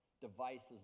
devices